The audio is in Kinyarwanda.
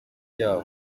yabo